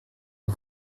les